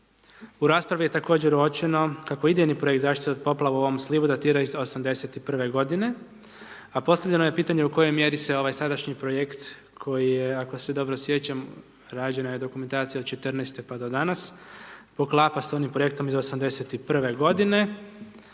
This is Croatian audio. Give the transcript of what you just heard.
U raspravi je također uočeno kako idejni projekt zaštite od poplave u ovom slivu datira iz '81. godine, a postavljeno je pitanje u kojem mjeri se ovaj sadašnji projekt, koji je ako se dobro sjećam, rađena je dokumentacija od '14. pa do danas, poklapa sa onim projektom iz '81 godine.